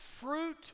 fruit